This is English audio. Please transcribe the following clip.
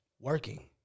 Working